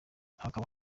akaba